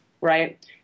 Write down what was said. right